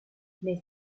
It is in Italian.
nei